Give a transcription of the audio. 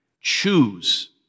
choose